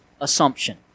assumption